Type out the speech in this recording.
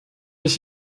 ich